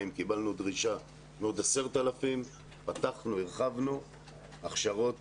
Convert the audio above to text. קיבלנו דרישה לעוד 10,000. פתחנו והרחבנו הכשרות